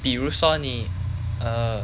比如说你 err